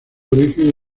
origen